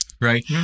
right